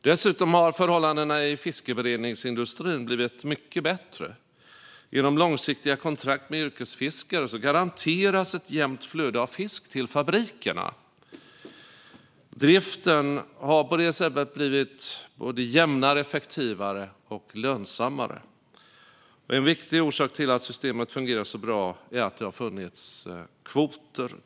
Dessutom har förhållandena i fiskberedningsindustrin blivit mycket bättre. Genom långsiktiga kontrakt med yrkesfiskare garanteras ett jämnt flöde av fisk till fabrikerna. Driften har på det sättet blivit jämnare, effektivare och lönsammare. En viktig orsak till att systemet fungerar så bra är att det har funnits kustkvoter.